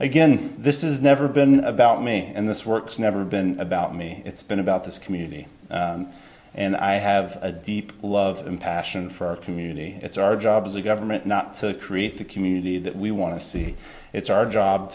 again this is never been about me and this works never been about me it's been about this community and i have a deep love and passion for our community it's our job as a government not to create the community that we want to see it's our job